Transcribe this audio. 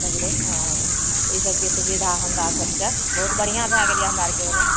सगरे हँ ई सबके सुविधा हमरा सबके बहुत बढ़िऑं भए गेल यऽ हमरा आरके ओने